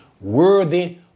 worthy